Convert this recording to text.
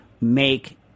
make